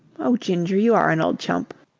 oh, ginger, you are an old chump.